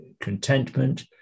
contentment